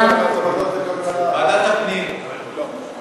ועדת הפנים אני חושב.